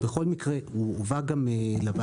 ובכול מקרה הוא הובא לוועדה.